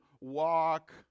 Walk